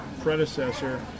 predecessor